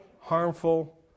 harmful